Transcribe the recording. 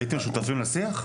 הייתם שותפים לשיח?